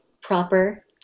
proper